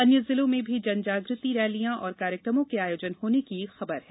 अन्य जिलों में भी जनजाग्रति रैलियां और कार्यक्रमों के आयोजित होने की खबर है